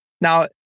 Now